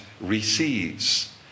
receives